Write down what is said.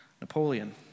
Napoleon